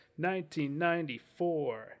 1994